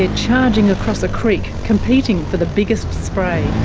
ah charging across a creek, competing for the biggest spray.